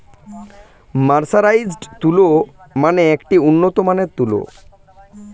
mercerised তুলো মানে একটি উন্নত মানের তুলো